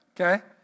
Okay